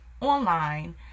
online